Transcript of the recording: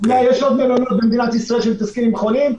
אולי יש עוד מלונות במדינת ישראל שמתעסקים עם חולים,